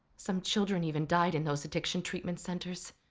some children even died in those addiction treatment centers.